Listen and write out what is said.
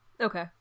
Okay